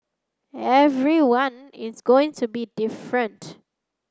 everyone is going to be different